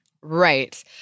Right